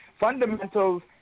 Fundamentals